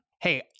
Hey